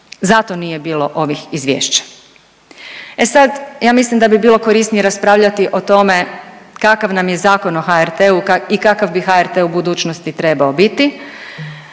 Zato nije bilo ovih izvješća. E sad, ja mislim da bi bilo korisnije raspravljati o tome kakav nam je Zakon o HRT-u i kakav bi HRT u budućnosti trebao biti